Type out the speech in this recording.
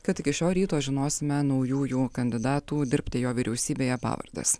kad iki šio ryto žinosime naujųjų kandidatų dirbti jo vyriausybėje pavardes